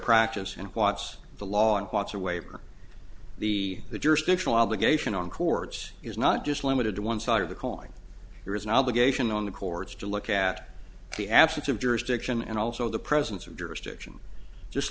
practice and watch the law and what's a waiver the jurisdictional obligation on courts is not just limited to one side of the coin there is an obligation on the courts to look at the absence of jurisdiction and also the presence of jurisdiction just